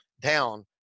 down